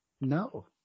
No